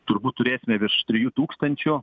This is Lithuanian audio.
turbūt turėsime virš trijų tūkstančių